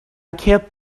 kept